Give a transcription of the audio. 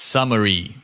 Summary